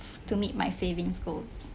to meet my savings goals